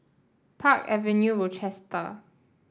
Park Avenue Rochester